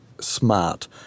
smart